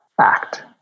act